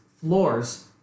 floors